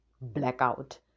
blackout